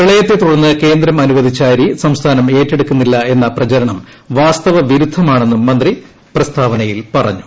പ്രളയത്തെ തുടർന്ന് കേന്ദ്രം അനുവദിച്ച അരി സംസ്ഥാനം ഏറ്റെടുക്കുന്നില്ല എന്ന പ്രചരണം വാസ്തവ വിരുദ്ധമാണെന്നും മന്ത്രി പ്രസ്താവനയിൽ പറഞ്ഞു